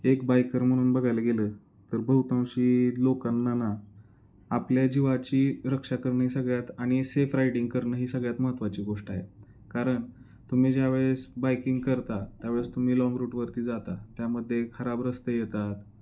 एक बायकर म्हणून बघायला गेलं तर बहुतांशी लोकांना ना आपल्या जीवाची रक्षा करणे सगळ्यात आणि सेफ रायडिंग करणं ही सगळ्यात महत्त्वाची गोष्ट आहे कारण तुम्ही ज्यावेळेस बायकिंग करता त्यावेळेस तुम्ही लॉंग रूटवरती जाता त्यामध्ये खराब रस्ते येतात